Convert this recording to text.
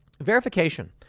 Verification